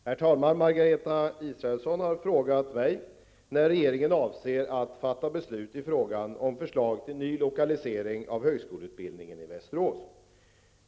Herr talman! Margareta Israelsson har frågat mig när regeringen avser att fatta beslut i frågan om förslag till ny lokalisering av högskoleutbildningen i Västerås.